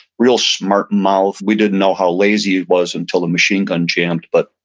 real smart mouth. we didn't know how lazy he was until the machine gun jammed but